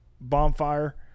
bonfire